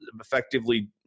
effectively